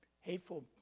hateful